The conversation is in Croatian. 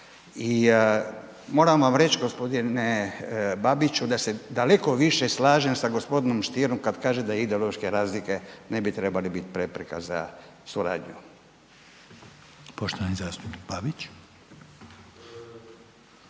i moram vam reći g. Babiću da se daleko više slažem sa g. Stierom kad kaže da ideološke razlike ne bi trebale biti prepreke za suradnju. **Reiner,